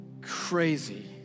crazy